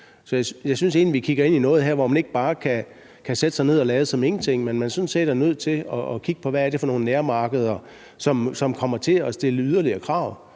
egentlig, at vi kigger ind i noget her, hvor man ikke bare kan sætte sig ned og lade som ingenting, men at man sådan set er nødt til at kigge på, hvad det er for nogle nærmarkeder, som kommer til at stille yderligere krav,